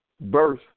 birth